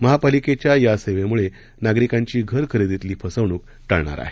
महापालिकेच्या या सेवेमुळे नागरीकांची घर खरेदीतली फसवणूक टळणार आहे